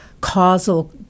causal